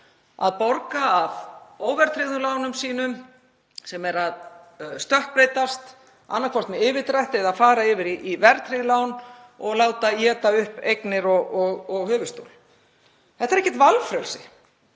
að borga af óverðtryggðum lánum sínum sem eru að stökkbreytast, annaðhvort með yfirdrætti eða fara yfir í verðtryggð lán og láta éta upp eignir og höfuðstól. Þetta er ekkert valfrelsi.